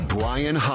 Brian